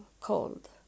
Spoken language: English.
cold